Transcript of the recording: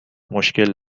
مشکل